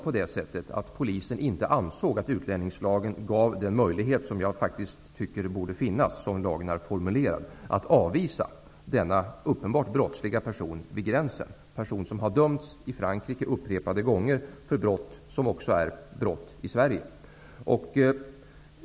Alltjämt ansåg inte polisen att utlänningslagen ger den möjlighet, som jag faktiskt tycker borde finnas såsom lagen är formulerad, att avvisa denna uppenbart brottsliga person vid gränsen. Det är en person som har dömts i Frankrike upprepade gånger för brott som också är brott i Sverige.